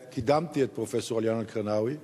קידמתי את פרופסור עליאן אל-קרינאווי,